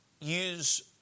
use